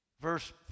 verse